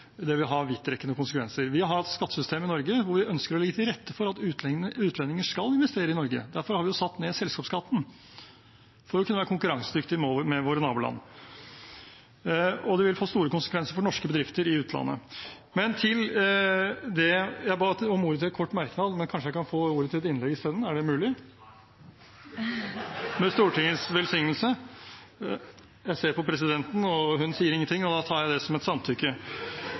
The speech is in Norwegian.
vil det ha vidtrekkende konsekvenser. Vi har et skattesystem i Norge hvor vi ønsker å legge til rette for at utlendinger skal investere i Norge. Derfor har vi satt ned selskapsskatten, for å kunne være konkurransedyktig med våre naboland. Det vil få store konsekvenser for norske bedrifter i utlandet. Jeg ba om ordet til en kort merknad, men kanskje jeg kan få ordet til et innlegg i stedet? Er det mulig? Med Stortingets velsignelse? Jeg ser på presidenten, og hun sier ingenting, så da tar jeg det som et samtykke